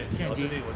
T&J